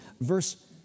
Verse